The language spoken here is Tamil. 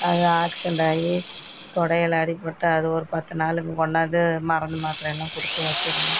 அது ஆக்சிடன்ட் ஆகி தொடையில் அடிப்பட்டு அது ஒரு பத்து நாள் கொண்டாந்து மருந்து மாத்திரயெல்லாம் கொடுத்து வச்சுருந்தோம்